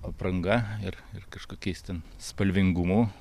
apranga ir ir kažkokiais ten spalvingumu